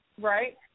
Right